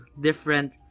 different